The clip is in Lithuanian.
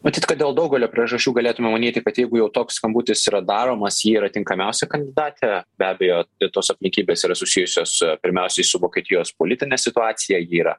matyt kad dėl daugelio priežasčių galėtume pamanyti kad jeigu jau toks skambutis yra daromas ji yra tinkamiausia kandidatė be abejo ir tos aplinkybės yra susijusios pirmiausiai su vokietijos politine situacija ji yra